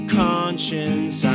conscience